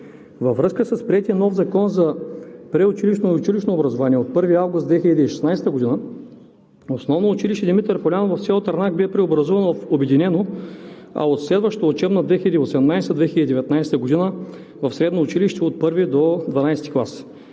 Във връзка с приетия нов Закон за предучилищно и училищно образование от 1 август 2016 г. основно училище „Димитър Полянов“ в село Трънак бе преобразувано в обединено, а от следващата учебна 2018/2019 г. – в средно училище от 1 до 12 клас.